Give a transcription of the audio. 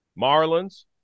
Marlins